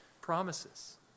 promises